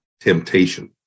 temptation